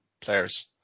players